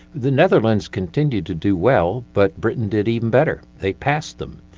the netherlands continued to do well, but britain did even better, they passed them.